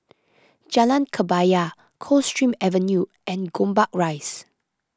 Jalan Kebaya Coldstream Avenue and Gombak Rise